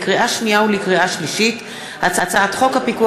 לקריאה שנייה ולקריאה שלישית: הצעת חוק הפיקוח